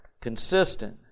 consistent